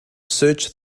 search